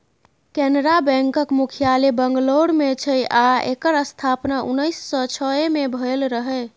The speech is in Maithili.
कैनरा बैकक मुख्यालय बंगलौर मे छै आ एकर स्थापना उन्नैस सँ छइ मे भेल रहय